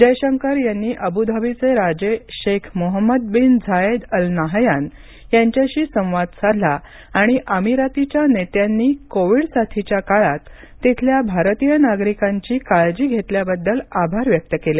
जयशंकर यांनी अबु धाबीचे राजे Sheikh Mohammed bin Zayed Al Nahyan यांच्याशी संवाद साधला आणि अमीरातीच्या नेत्यांनी कोविड साथीच्या काळात तिथल्या भारतीय नागरिकांची काळजी घेतल्याबद्दल आभार व्यक्त केले